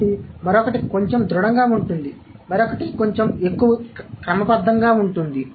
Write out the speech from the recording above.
కాబట్టి మరొకటి కొంచెం దృఢంగా ఉంటుంది మరొకటి కొంచెం ఎక్కువ క్రమబద్ధంగా ఉంటుంది